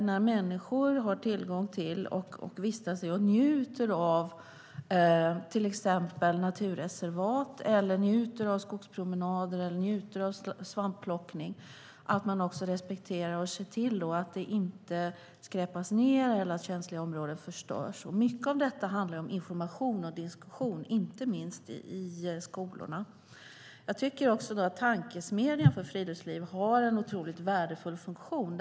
När människor har tillgång till, vistas i och njuter av naturreservat och njuter av skogspromenader eller svampplockning är det oerhört viktigt att de visar respekt och inte skräpar ned eller förstör känsliga områden. Mycket av detta handlar om information och diskussion, inte minst i skolorna. Jag tycker också att tankesmedjan för friluftsliv har en otroligt värdefull funktion.